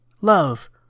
Love